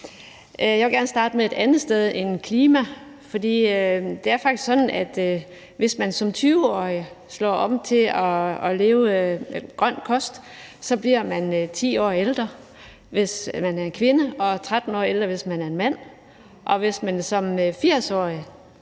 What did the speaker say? Jeg vil gerne starte et andet sted end med klima, for det er faktisk sådan, at hvis man som 20-årig slår om til at leve af en grøn kost, bliver man 10 år ældre, hvis man er en kvinde, og 13 år ældre, hvis man er en mand, og hvis man som 80-årig